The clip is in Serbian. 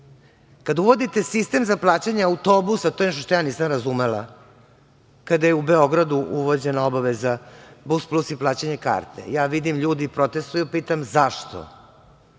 Kada uvodite sistem za plaćanje autobusa, to je nešto što ja nisam razumela, kada je u Beogradu uvođena obaveza Bus Plus i plaćanja karte. Ja vidim ljudi protestvuju i pitam – zašto?